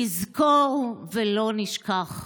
נזכור ולא נשכח.